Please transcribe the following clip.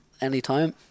anytime